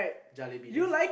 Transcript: jalebi next